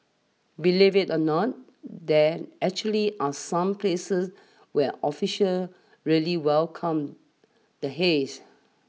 believe it or not there actually are some places where officials really welcome the haze